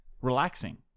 relaxing